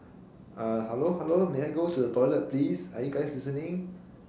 uh hello hello may I go to the toilet please are you guys listening